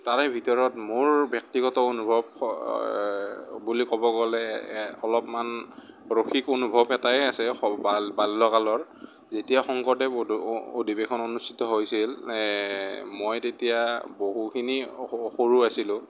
তাৰে ভিতৰত মোৰ ব্যক্তিগত অনুভৱ বুলি ক'ব গ'লে অলপমান ৰসিক অনুভৱ এটাই আছে বাল বাল্য কালৰ যেতিয়া শংকৰদেৱ অধিৱেশন অনুষ্ঠিত হৈছিল মই তেতিয়া বহুখিনি স সৰু আছিলোঁ